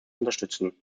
unterstützen